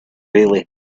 really